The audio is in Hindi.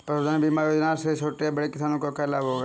पशुधन बीमा योजना से छोटे या बड़े किसानों को क्या लाभ होगा?